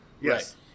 Yes